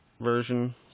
version